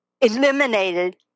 eliminated